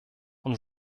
und